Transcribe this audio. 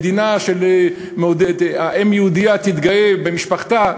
מדינה שבה צריך שאם יהודייה תתגאה במשפחתה,